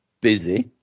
busy